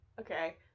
Okay